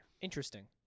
Interesting